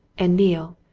and neale,